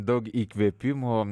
daug įkvėpimo